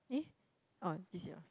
eh oh this is yours